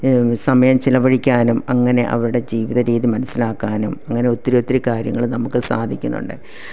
സമയം ചിലവഴിക്കാനും അങ്ങനെ അവരുടെ ജീവിത രീതി മനസ്സിലാക്കാനും അങ്ങനെ ഒത്തിരി ഒത്തിരി കാര്യങ്ങൾ നമുക്ക് സാധിക്കുന്നുണ്ട്